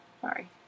sorry